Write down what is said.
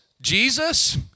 Jesus